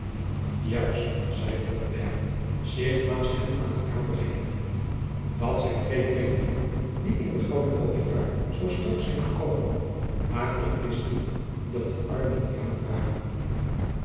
juist zeide botbergen zich naast hem aan het raam begevende dat zijn twee vreemdelingen die in den gouden ojevaar zoo straks zijn gekomen maar ik wist niet dat het arminianen waren